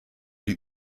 die